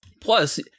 Plus